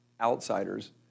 outsiders